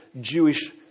Jewish